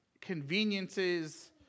conveniences